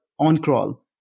OnCrawl